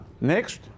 next